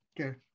okay